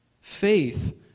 faith